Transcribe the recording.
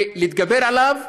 ולהתגבר עליו